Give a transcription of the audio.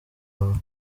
wawe